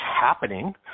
happening